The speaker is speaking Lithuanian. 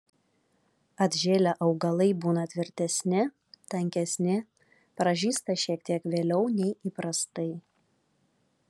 atžėlę augalai būna tvirtesni tankesni pražysta šiek tiek vėliau nei įprastai